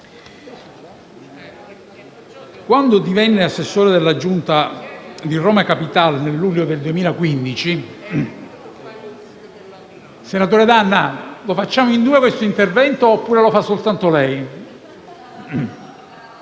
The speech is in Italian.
quando divenne assessore della Giunta di Roma Capitale nel luglio del 2015... *(Brusio).* Senatore D'Anna, lo facciamo in due questo intervento o lo fa soltanto lei?